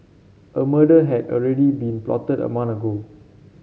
a murder had already been plotted a month ago